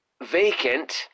vacant